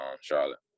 Charlotte